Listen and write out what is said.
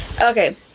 okay